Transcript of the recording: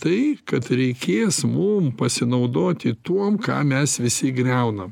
tai kad reikės mum pasinaudoti tuom ką mes visi griaunam